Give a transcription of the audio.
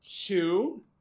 Two